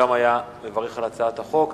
הוא גם היה מברך על הצעת החוק.